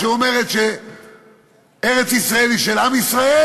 שאומר שארץ-ישראל היא של עם ישראל,